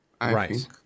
Right